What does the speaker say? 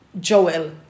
Joel